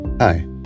Hi